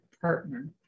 partner